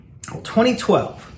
2012